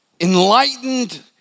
enlightened